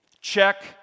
Check